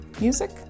music